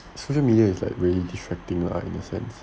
social media is like really distracting lah in a sense